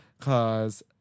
cause